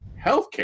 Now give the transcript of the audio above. healthcare